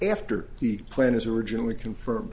after the plan is originally confirmed